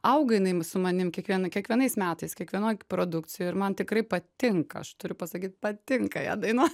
auga jinai m su manim kiekvieną kiekvienais metais kiekvienoj produkcijoj ir man tikrai patinka aš turiu pasakyt patinka ją dainuo